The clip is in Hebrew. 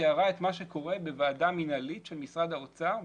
היא תיארה את מה שקורה בוועדה מנהלית של משרד האוצר,